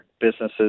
businesses